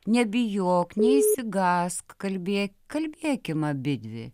nebijok neišsigąsk kalbėt kalbėkim abidvi